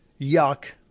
Yuck